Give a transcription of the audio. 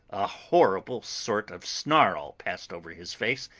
a horrible sort of snarl passed over his face,